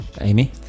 amy